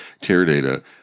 Teradata